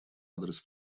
адрес